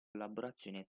collaborazione